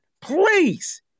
please